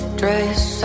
dress